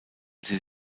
sie